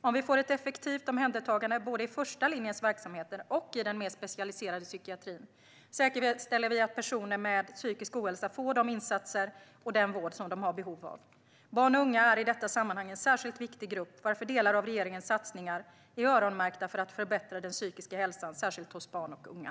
Om vi får ett effektivt omhändertagande, både i första linjens verksamheter och i den mer specialiserade psykiatrin, säkerställer vi att personer med psykisk ohälsa får de insatser och den vård de har behov av. Barn och unga är i detta sammanhang en särskilt viktig grupp, varför delar av regeringens satsningar är öronmärkta för att förbättra den psykiska hälsan särskilt hos barn och unga.